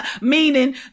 Meaning